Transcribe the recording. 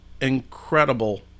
incredible